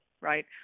right